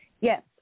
Yes